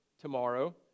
tomorrow